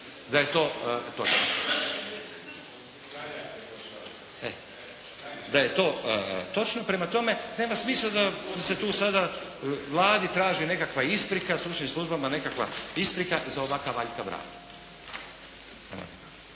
da je to točno. Da je to točno, prema tome, nema smisla da se tu sada Vladi traži nekakva isprika, stručnim službama nekakva isprika za ovakav aljkav rad.